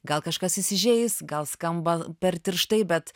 gal kažkas įsižeis gal skamba per tirštai bet